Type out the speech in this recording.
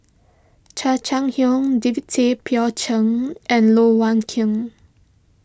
Chan Chang How David Tay Poey Cher and Loh Wai Kiew